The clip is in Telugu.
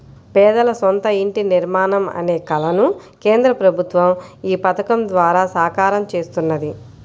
పేదల సొంత ఇంటి నిర్మాణం అనే కలను కేంద్ర ప్రభుత్వం ఈ పథకం ద్వారా సాకారం చేస్తున్నది